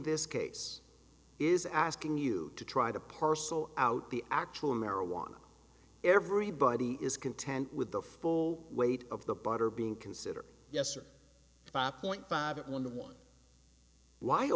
this case is asking you to try to parcel out the actual marijuana everybody is content with the full weight of the butter being consider yes or five point five one to one why a